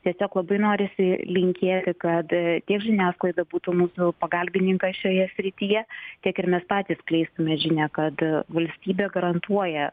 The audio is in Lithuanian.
tiesiog labai norisi linkėti kad tiek žiniasklaida būtų mūsų pagalbininkas šioje srityje tiek ir mes patys skleistume žinią kad valstybė garantuoja